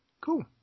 Cool